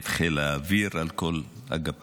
את חיל האוויר על כל אגפיו,